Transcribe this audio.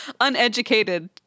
Uneducated